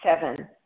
Seven